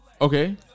Okay